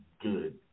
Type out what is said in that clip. good